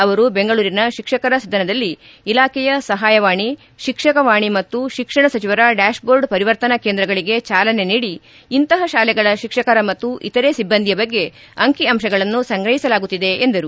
ಅವರು ಬೆಂಗಳೂರಿನ ಶಿಕ್ಷಕರ ಸದನದಲ್ಲಿ ಇಲಾಖೆಯ ಸಹಾಯವಾಣಿ ಶಿಕ್ಷಣವಾಣಿ ಮತ್ತು ಶಿಕ್ಷಣ ಸಚಿವರ ಡ್ಯಾಶ್ಬೋರ್ಡ್ ಪರಿವರ್ತನಾ ಕೇಂದ್ರಗಳಿಗೆ ಚಾಲನೆ ನೀಡಿ ಇಂತಹ ಶಾಲೆಗಳ ಶಿಕ್ಷಕರ ಮತ್ತು ಇತರೆ ಸಿಬ್ಬಂದಿಯ ಬಗ್ಗೆ ಅಂಕಿಅಂತಗಳನ್ನು ಸಂಗ್ರಹಿಸಲಾಗುತ್ತಿದೆ ಎಂದರು